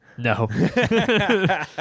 No